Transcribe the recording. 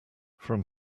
from